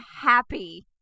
happy